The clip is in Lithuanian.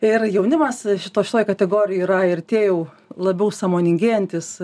ir jaunimas šito šitoj kategorijoj yra ir tie jau labiau sąmoningėjantis